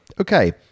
okay